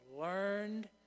learned